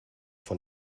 von